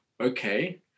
okay